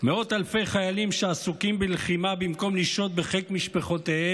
מאות אלפי חיילים שעסוקים בלחימה במקום לשהות בחיק משפחותיהם